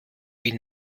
wie